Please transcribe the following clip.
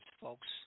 folks